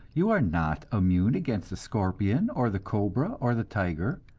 you are not immune against the scorpion or the cobra or the tiger.